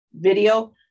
video